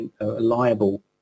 liable